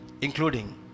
including